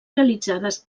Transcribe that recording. realitzades